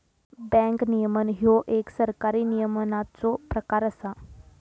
bank नियमन ह्यो एक सरकारी नियमनाचो प्रकार असा